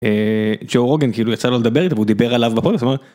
ג'ו רוגן כאילו יצא לו לדבר איתו והוא דיבר עליו בפודקאסט